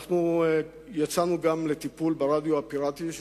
יצאנו גם לטיפול ברדיו הפיראטי,